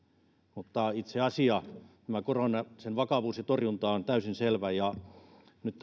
mutta itse asia tämän koronan vakavuus ja torjunta on täysin selvä ja nyt